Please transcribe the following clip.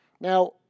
Now